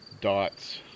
dots